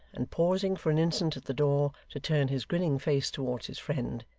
and pausing for an instant at the door to turn his grinning face towards his friend,